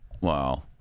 Wow